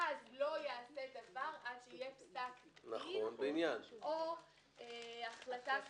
אז לא ייעשה דבר עד שיהיה פסק דין או החלטה סופית.